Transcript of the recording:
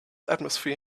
atmosphere